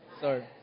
sorry